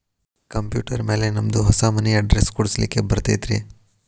Computer ಮ್ಯಾಲೆ ನಮ್ದು ಹೊಸಾ ಮನಿ ಅಡ್ರೆಸ್ ಕುಡ್ಸ್ಲಿಕ್ಕೆ ಬರತೈತ್ರಿ?